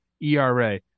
ERA